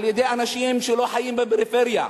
על-ידי אנשים שלא חיים בפריפריה,